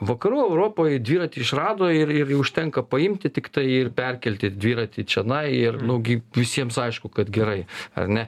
vakarų europoj dviratį išrado ir ir jį užtenka paimti tiktai ir perkelti dviratį čionai ir nu gi visiems aišku kad gerai ar ne